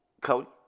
Cody